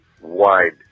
wide